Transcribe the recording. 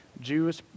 Jewish